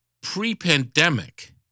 pre-pandemic